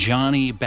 Johnny